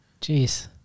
Jeez